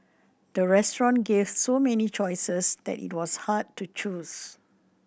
the restaurant gave so many choices that it was hard to choose